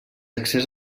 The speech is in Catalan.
accés